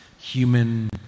human